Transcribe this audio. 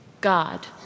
God